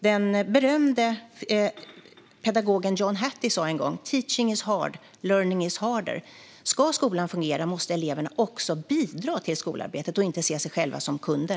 Den berömde pedagogen John Hattie sa en gång: Teaching is hard, learning is harder. Ska skolan fungera måste eleverna också bidra till skolarbetet och inte se sig själva som kunder.